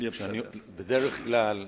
בדרך כלל,